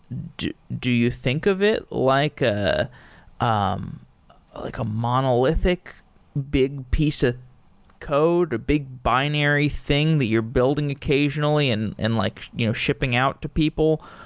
do do you think of it like ah um like a monolithic big piece of code or big binary thing that you're building occasionally and and like you know shipping out to people,